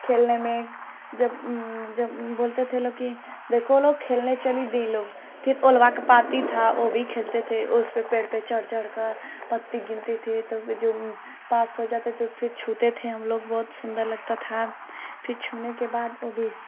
खेलने में जब जब बोलते थे लोग कि देखो वह लोग खेलने चल दी लोग फिर ओलबा का पाती था वह भी खेलते थे उसपर पेड़ पर चढ़ चढ़कर पत्ती गिनते थे तो जो पास हो जाते थे फिर छूते थे हमलोग बहुत सुन्दर लगता था फिर छूने के बाद वह भी